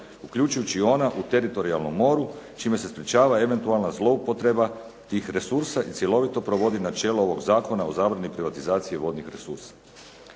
uključujući ona u teritorijalnom moru čime se sprečava eventualna zloupotreba tih resursa i cjelovito provodi načelo ovog zakona o zabrani privatizacije vodnog resursa.